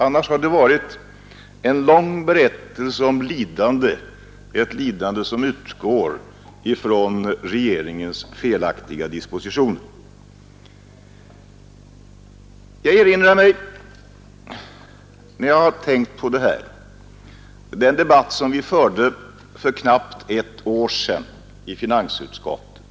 Annars har dagens inlägg varit en lång berättelse om lidande — ett lidande som utgår från regeringens felaktiga dispositioner. När jag har tänkt på detta har jag erinrat mig den debatt som vi förde för knappt ett år sedan i finansutskottet.